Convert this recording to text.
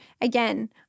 again